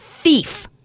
thief